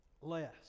less